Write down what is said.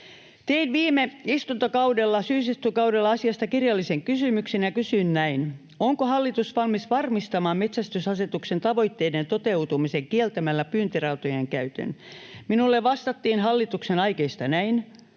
syysistuntokaudella, asiasta kirjallisen kysymyksen ja kysyin näin: ”Onko hallitus valmis varmistamaan metsästysasetuksen tavoitteiden toteutumisen kieltämällä pyyntirautojen käytön?” Minulle vastattiin hallituksen aikeista näin: